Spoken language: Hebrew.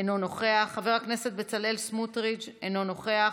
אינו נוכח, חבר הכנסת בצלאל סמוטריץ' אינו נוכח,